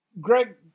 Greg